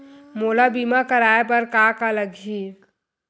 मोला बीमा कराये बर का का लगही?